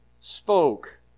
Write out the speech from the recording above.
spoke